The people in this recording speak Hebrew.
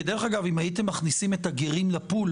כי אגב אם הייתם מכניסים את הגרים לפול